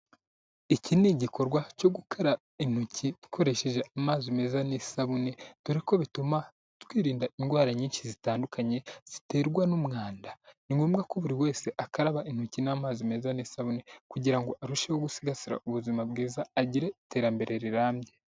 Iki ni igikorwa cyo gukara intoki dukoresheje amazi meza n'isabune dore ko bituma twirinda indwara nyinshi zitandukanye ziterwa n'umwanda, ni ngombwa ko buri wese akaraba intoki n'amazi meza n'isabune kugira ngo arusheho gusigasira ubuzima bwiza agire iterambere rirambye.